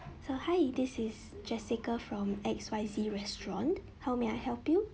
so hi this is jessica from X Y Z restaurant how may I help you